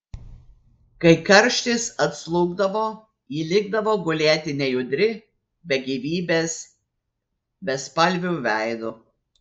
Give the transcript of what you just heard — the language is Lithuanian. kai karštis atslūgdavo ji likdavo gulėti nejudri be gyvybės bespalviu veidu